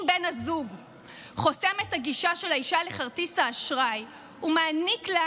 אם בן הזוג חוסם את הגישה של האישה לכרטיס האשראי ומעניק לה,